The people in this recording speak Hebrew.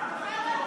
אדוני